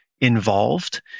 involved